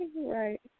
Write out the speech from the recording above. right